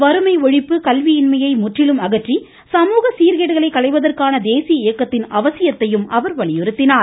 வறுமை ஒழிப்பு கல்வியின்மையை முற்றிலும் அகற்றி சமூக சீர்கேடுகளை களைவதற்கான தேசிய இயக்கத்தின் அவசியத்தை அவர் வலியுறுத்தினார்